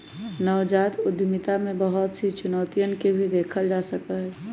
नवजात उद्यमिता में बहुत सी चुनौतियन के भी देखा जा सका हई